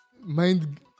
mind